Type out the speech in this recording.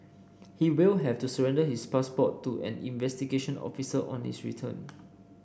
he will have to surrender his passport to an investigation officer on his return